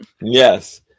yes